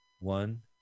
one